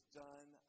done